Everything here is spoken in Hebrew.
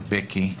בקי.